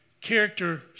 character